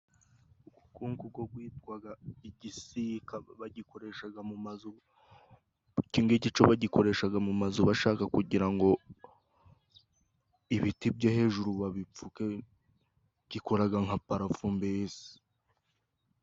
Iki ngiki cyo bacyita igisika. Bagikoresha mu mazu bashaka kugira ngo ibiti byo hejuru babipfuke. Gikora nka parafo mbese.